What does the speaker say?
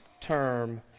term